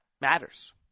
matters